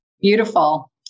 beautiful